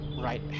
right